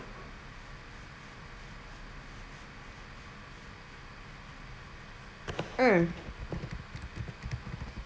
uh